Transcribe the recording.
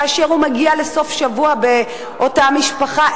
כאשר הוא מגיע לסוף-שבוע באותה משפחה,